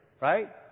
right